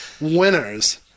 winners